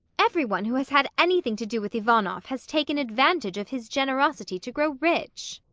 every one who has had anything to do with ivanoff has taken advantage of his generosity to grow rich.